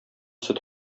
сөт